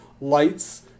lights